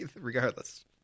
regardless